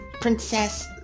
Princess